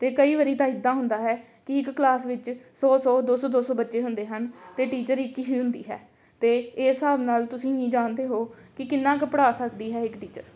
ਅਤੇ ਕਈ ਵਾਰੀ ਤਾਂ ਇੱਦਾਂ ਹੁੰਦਾ ਹੈ ਕਿ ਇੱਕ ਕਲਾਸ ਵਿੱਚ ਸੌ ਸੌ ਦੋ ਸੌ ਦੋ ਸੌ ਬੱਚੇ ਹੁੰਦੇ ਹਨ ਅਤੇ ਟੀਚਰ ਇੱਕ ਹੀ ਹੁੰਦੀ ਹੈ ਅਤੇ ਇਹ ਹਿਸਾਬ ਨਾਲ ਤੁਸੀਂ ਹੀ ਜਾਣਦੇ ਹੋ ਕਿ ਕਿੰਨਾ ਕੁ ਪੜ੍ਹਾ ਸਕਦੀ ਹੈ ਇੱਕ ਟੀਚਰ